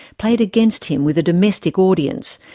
played against him with a domestic audience,